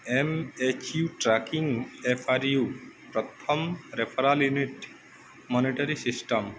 MHU tracking FRU ପ୍ରଥମ referral unit monitoring system